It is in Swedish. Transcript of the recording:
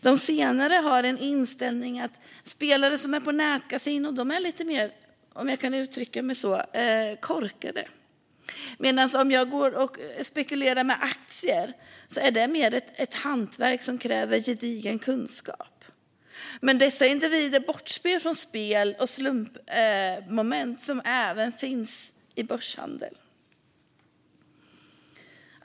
De har inställningen att spelare på nätkasinon är lite mer korkade - om jag får uttrycka det så - medan de som spekulerar i aktier mer ägnar sig åt ett hantverk som kräver gedigen kunskap. Dessa individer bortser dock från det spel och slumpmoment som även finns i börshandeln.